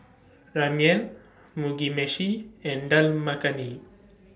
Ramyeon Mugi Meshi and Dal Makhani